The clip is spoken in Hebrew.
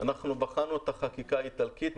אנחנו בחנו את החקיקה האיטלקית.